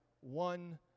one